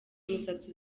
umusatsi